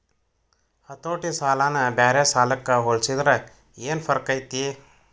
ಹತೋಟಿ ಸಾಲನ ಬ್ಯಾರೆ ಸಾಲಕ್ಕ ಹೊಲ್ಸಿದ್ರ ಯೆನ್ ಫರ್ಕೈತಿ?